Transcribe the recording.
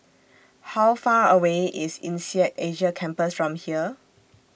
How Far away IS Insead Asia Campus from here